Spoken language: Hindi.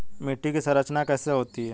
मिट्टी की संरचना कैसे होती है?